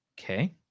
Okay